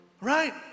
right